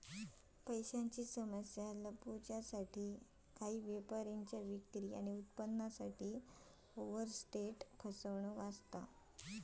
पैशांची समस्या लपवूसाठी काही व्यापाऱ्यांच्या विक्री आणि उत्पन्नासाठी ओवरस्टेट फसवणूक असा